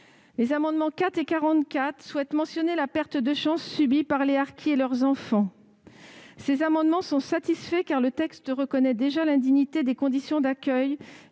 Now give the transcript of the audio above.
Les amendements n 4 rectifié et 44 tendent à mentionner la perte de chance subie par les harkis et leurs enfants. Ces amendements sont satisfaits, car le présent texte reconnaît déjà l'indignité des conditions d'accueil